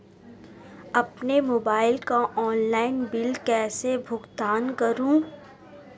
अपने मोबाइल का online bill कैसे भुगतान करूं?